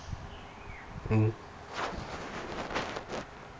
mm